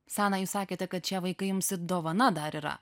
sana jūs sakėte kad šie vaikai jums ir dovana dar yra